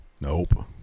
Nope